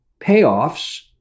payoffs